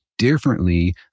differently